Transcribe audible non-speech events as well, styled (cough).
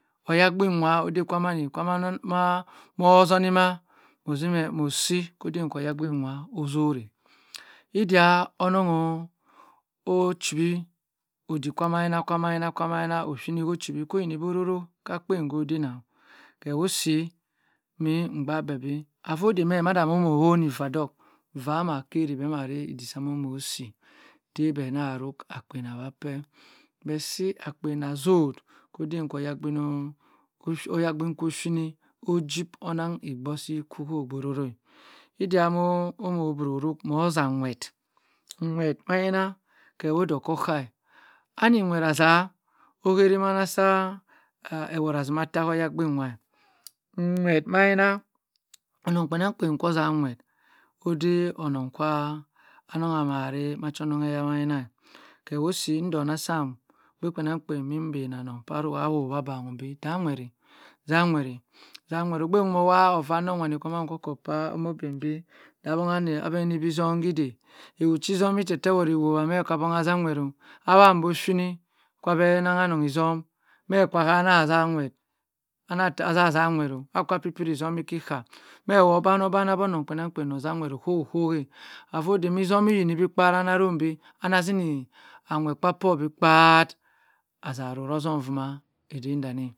Oyhagbin nwah oddey kwamaneh (hesitation) moh zhoni mha mho zhimeh mho si khodhen oyhagbin nwah ohzoreh iddiah onongh oh ochiwi oddik kwah maina maina maina oshini kho chiwi choyinibe ororoh kah akpien koh binnah khe woh si mhi avodhemhe mhada mho mho whonivah ddok vha mha khary bhe mha rhay iddik sha omho si heh bhe nah rhruck akpien awhakpe bhe si akpien azohd khoddey kho oyhagbin, wha oyhagbin khk shini ojhib onangh igbho shi kho ororh eh iddia mho omoh rhruck mho zhamwhet nwhet mhaina khe woh dhe okhokah aninwhet azha ohari mana sa ewhot azhimatah kho ghagbin wha nwhet maina anong kpienang kpien kho za nwhet oddey onong kwa anong amah rhay macha ononghegha maina khewosi ndhonat sam ogbkbe kpienangkpien imi mbeh anong ah rouah abhang hum bhe zhanwet, zhanwet eh zhamwet eh, ogbe kha ovanongh danny okho pha omoh bhain bi abeh ni khizhong oddey ewhochizhong imi heh heh ee whowha mhe kha gbon a zhanwet oh awhan bo oshini kwabeh ranghanong izhum mhe kwa anah zhanwet anazhanwet oh mhe kwa pipiri izhom iki kha mhe woh ogban bho onong kpienang kpien ozhanwet okho okho ovoh ddey meh izhum iyini bi kpa anah zini anwhehkpa kwo bi kpaa azah roruho ozhum dumah edhen danny